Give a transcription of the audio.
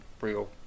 real